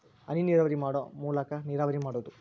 ಹನಿನೇರಾವರಿ ಮಾಡು ಮೂಲಾಕಾ ನೇರಾವರಿ ಮಾಡುದು